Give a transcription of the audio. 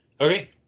okay